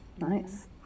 Nice